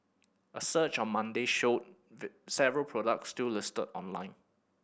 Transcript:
a search on Monday showed several products still listed online